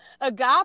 Agape